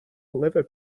liver